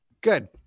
Good